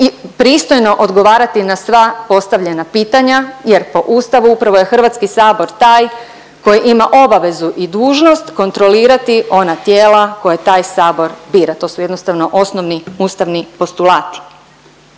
pristojno odgovarati na sva postavljena pitanja jer po Ustavu upravo je HS taj koji ima obavezu i dužnost kontrolirati ona tijela koje taj sabor bira, to su jednostavno osnovni ustani postulati.